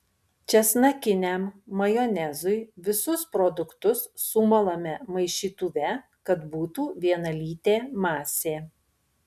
česnakiniam majonezui visus produktus sumalame maišytuve kad būtų vienalytė masė